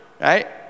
right